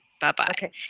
Bye-bye